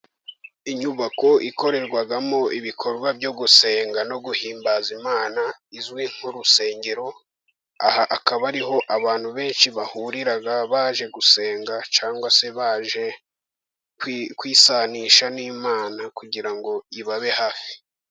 Inyubako ikorerwamo ibikorwa byo gusenga no guhimbaza Imana izwi nk'urusengero, aha akaba ariho abantu benshi bahurira baje gusenga cyangwa se baje kwisanisha n'Imana kugira ngo ibabe hafi.